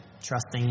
Trusting